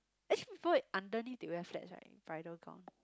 actually before it underneath they wear flats right bridal gown